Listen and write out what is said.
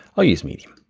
i'll use medium.